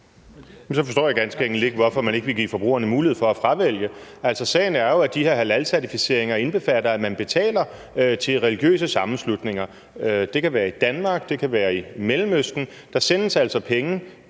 så forstår jeg ganske enkelt ikke, hvorfor man ikke vil give forbrugerne mulighed for at fravælge. Altså, sagen er jo, at de her halalcertificeringer indbefatter, at man betaler til religiøse sammenslutninger – det kan være i Danmark, det kan være i Mellemøsten. Der sendes altså penge